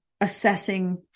assessing